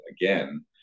again